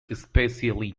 especially